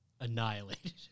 annihilated